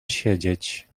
siedzieć